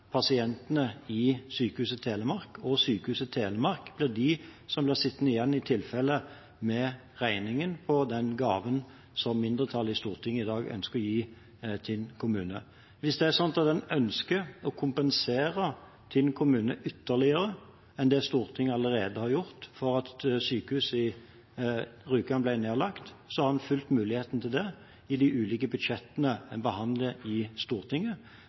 pasientene i Sykehuset Telemark. Sykehuset Telemark blir de som i tilfelle blir sittende igjen med regningen på den gaven som mindretallet i Stortinget i dag ønsker å gi Tinn kommune. Hvis det er sånn at en ønsker å kompensere Tinn kommune i større grad enn det Stortinget allerede har gjort, for at sykehuset i Rjukan ble nedlagt, har en full mulighet til det i de ulike budsjettene en behandler i Stortinget.